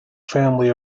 family